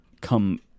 come